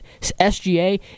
SGA